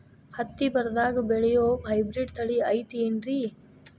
ಹತ್ತಿ ಬರದಾಗ ಬೆಳೆಯೋ ಹೈಬ್ರಿಡ್ ತಳಿ ಐತಿ ಏನ್ರಿ?